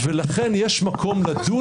לכן יש מקום לדון